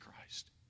Christ